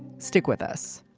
stick with us